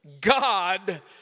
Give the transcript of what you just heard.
God